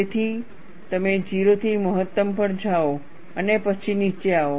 તેથી તમે 0 થી મહત્તમ પર જાઓ અને પછી નીચે આવો